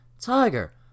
Tiger